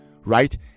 right